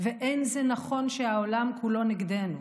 ואין זה נכון שהעולם כולו נגדנו.